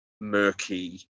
murky